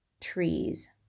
trees